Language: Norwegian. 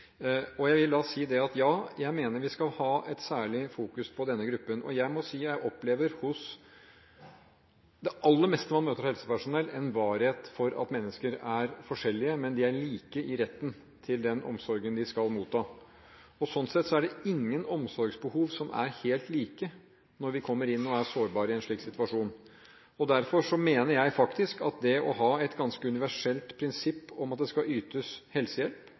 skamme. Jeg vil legge all innsats ned i det – på et kameratslig vis. Ja, jeg mener vi skal ha et særlig fokus på denne gruppen. Og jeg må si jeg opplever hos det aller meste man møter av helsepersonell en varhet for at mennesker er forskjellige, men at de er like i retten til den omsorgen de skal motta. Sånn sett er det ingen omsorgsbehov som er helt like når vi kommer inn og er sårbare i en slik situasjon. Derfor mener jeg at det å ha et ganske universelt prinsipp om at det skal ytes helsehjelp